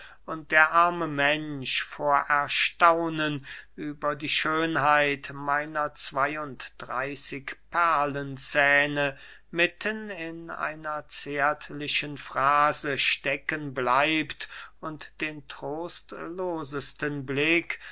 und der arme mensch vor erstaunen über die schönheit meiner zwey und dreyßig perlenzähne mitten in einer zärtlichen frase stecken bleibt und den trostlosesten blick